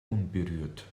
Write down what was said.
unberührt